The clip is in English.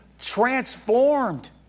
transformed